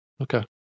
Okay